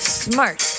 smart